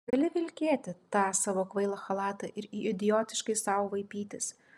gali vilkėti tą savo kvailą chalatą ir idiotiškai sau vaipytis